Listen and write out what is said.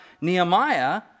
Nehemiah